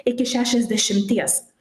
iki šešiasdešimties